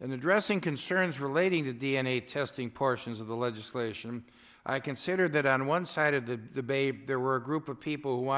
and addressing concerns relating to d n a testing portions of the legislation i consider that on one side of the debate there were a group of people w